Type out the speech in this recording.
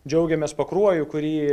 džiaugiamės pakruoju kurį